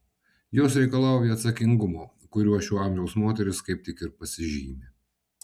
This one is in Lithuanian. jos reikalauja atsakingumo kuriuo šio amžiaus moterys kaip tik ir pasižymi